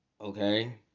okay